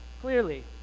clearly